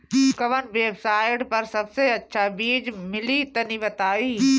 कवन वेबसाइट पर सबसे अच्छा बीज मिली तनि बताई?